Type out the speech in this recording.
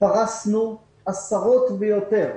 פרסנו עשרות, ויותר,